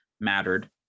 mattered